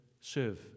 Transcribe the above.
serve